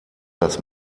das